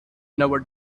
never